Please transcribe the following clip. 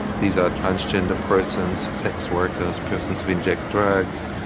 these are transgender persons, sex workers, persons who inject drugs,